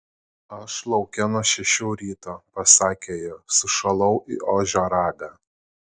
aš lauke nuo šešių ryto pasakė ji sušalau į ožio ragą